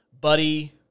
buddy